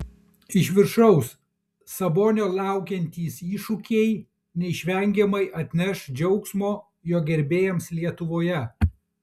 iš viršaus sabonio laukiantys iššūkiai neišvengiamai atneš džiaugsmo jo gerbėjams lietuvoje